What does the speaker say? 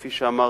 כפי שאמרתי,